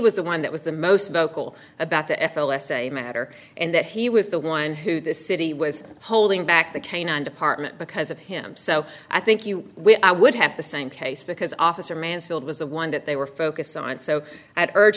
was the one that was the most vocal about the f l s a matter and that he was the one who the city was holding back the canine department because of him so i think you would have the same case because officer mansfield was the one that they were focused on so that urge